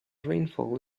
rainfall